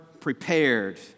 prepared